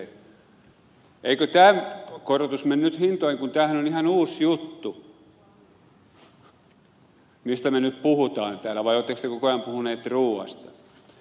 eikö tämä korotus mene nyt hintoihin kun tämähän on ihan uusi juttu mistä me nyt puhumme täällä vai oletteko te koko ajan puhuneet ruuasta